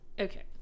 Okay